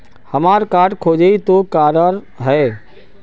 हमार कार्ड खोजेई तो की करवार है?